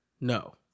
No